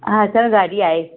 हा सभु राज़ी आहे